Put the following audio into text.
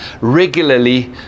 regularly